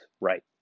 right